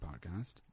podcast